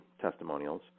testimonials